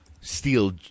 steal